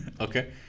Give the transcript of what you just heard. Okay